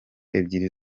ebyiri